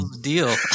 deal